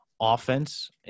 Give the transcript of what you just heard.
offense